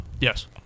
Yes